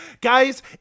guys